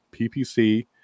ppc